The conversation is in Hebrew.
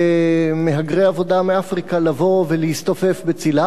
למהגרי עבודה מאפריקה לבוא ולהסתופף בצלה.